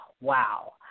wow